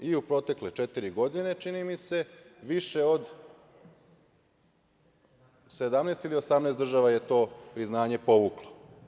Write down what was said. U protekle četiri godine, čini mi se, više od 17 ili 18 država je to priznanje povuklo.